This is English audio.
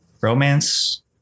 romance